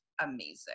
amazing